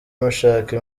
mushaka